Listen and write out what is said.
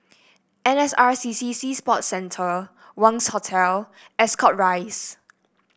N S R C C Sea Sports Centre Wangz Hotel Ascot Rise